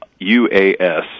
UAS